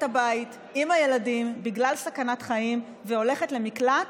הבית עם הילדים בגלל סכנת חיים והולכת למקלט,